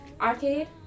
Arcade